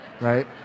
right